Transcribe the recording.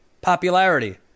popularity